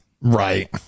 Right